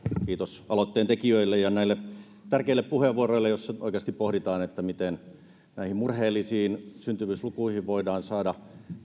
kiitos aloitteentekijöille ja tärkeistä puheenvuoroista joissa oikeasti pohditaan miten näihin murheellisiin syntyvyyslukuihin voidaan saada